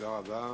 תודה רבה.